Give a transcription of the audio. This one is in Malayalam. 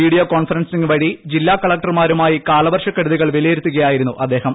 വീഡിയോ കോൺഫറൻസിംഗ് വഴി ജില്ലാ കളക്ടർമാരുമായി കാലവർഷക്കെടുതികൾ വിലയിരുത്തുകയായിരുന്നു അദ്ദേഹം